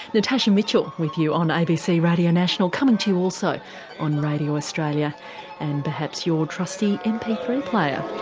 natasha mitchell with you on abc radio national, coming to you also on radio australia and perhaps your trusty m p three player.